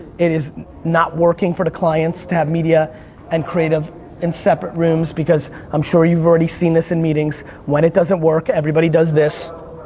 it is not working for the clients to have media and creative in separate rooms because i'm sure you've already seen this in meetings when it doesn't work everybody does this.